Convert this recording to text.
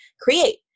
create